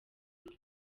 bwe